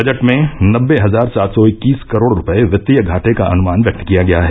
budget में नबे हजार सात सौ इक्कीस करोड़ रूपये वित्तीय घाटे का अनुमान व्यक्त किया गया है